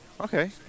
Okay